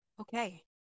Okay